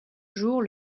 jour